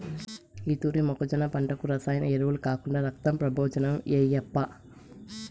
ఈ తూరి మొక్కజొన్న పంటకు రసాయన ఎరువులు కాకుండా రక్తం ప్రబోజనం ఏయప్పా